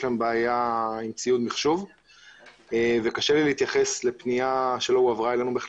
להן בעיה עם ציוד מחשוב וקשה לי להתייחס לפנייה שכלל לא הועברה אלינו.